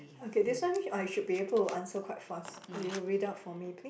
okay this one I should be able to answer quite fast you read out for me please